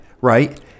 right